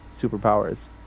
superpowers